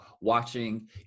watching